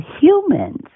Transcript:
humans